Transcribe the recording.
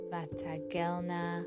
Vatagelna